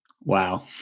Wow